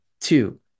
two